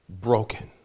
broken